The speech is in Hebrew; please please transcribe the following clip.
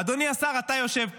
אדוני השר, אתה יושב פה.